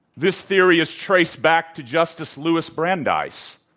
this theory is traced back to justice lewis brandeis,